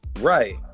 Right